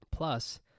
Plus